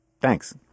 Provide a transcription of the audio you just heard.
Thanks